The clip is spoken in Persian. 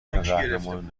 قهرمان